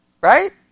Right